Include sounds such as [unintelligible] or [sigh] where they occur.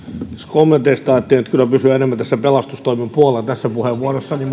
kommenteista ajattelin nyt kyllä pysyä enemmän tässä pelastustoimen puolella tässä puheenvuorossani [unintelligible]